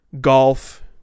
golf